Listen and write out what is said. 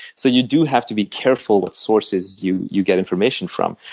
so you do have to be careful what sources you you get information from.